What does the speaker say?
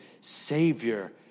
savior